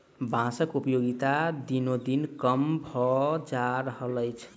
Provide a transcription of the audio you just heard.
बाँसक उपयोगिता दिनोदिन कम भेल जा रहल अछि